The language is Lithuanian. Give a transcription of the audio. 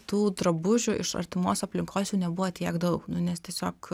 tų drabužių iš artimos aplinkos nebuvo tiek daug nu nes tiesiog